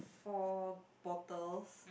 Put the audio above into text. four bottles